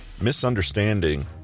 misunderstanding